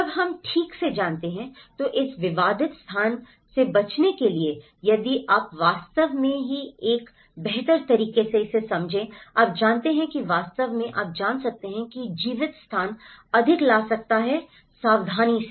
जब हम ठीक से जानते हैं तो इस विवादित स्थान से बचने के लिए यदि आप वास्तव में हैं इसे बेहतर तरीके से समझें आप जानते हैं कि वास्तव में आप जान सकते हैं कि जीवित स्थान अधिक ला सकता है सावधानी से